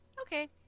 Okay